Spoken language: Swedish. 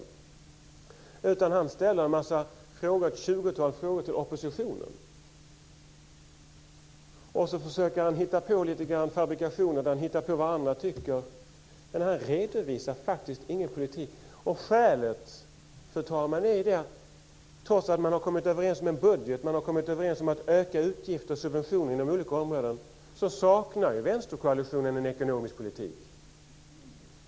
I stället ställer han ett tjugotal frågor till oppositionen och försöker hitta på lite grann - fabrikationer av vad andra tycker - men han redovisar faktiskt ingen politik. Skälet, fru talman, är att vänsterkoalitionen, trots att man har kommit överens om en budget, om att öka utgifter och subventioner om olika områden, saknar en ekonomisk politik.